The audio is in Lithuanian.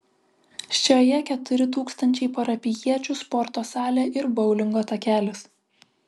šioje keturi tūkstančiai parapijiečių sporto salė ir boulingo takelis